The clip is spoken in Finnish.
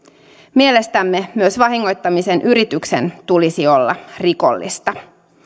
mielestämme myös vahingoittamisen yrityksen tulisi olla rikollista